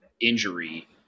injury